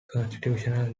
constitutional